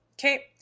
Okay